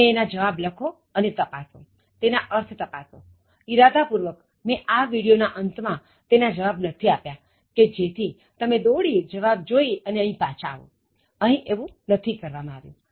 હું તમે એના જવાબ લખો અને તપાસો તેના અર્થ તપાસો ઇરાદાપૂર્વક મેં આ વિડિયો ના અંતમાં તેના જવાબ નથી આપ્યા કે જેથી તમે દોડી ને જવાબ જોઇ આવો અહીં એવું નથી કરવામાં આવ્યું